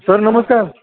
sir नमस्कार